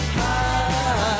high